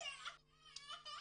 מינון.